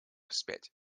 вспять